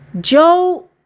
Joe